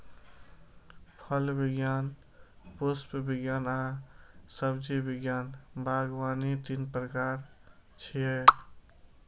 फल विज्ञान, पुष्प विज्ञान आ सब्जी विज्ञान बागवानी तीन प्रकार छियै